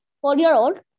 four-year-old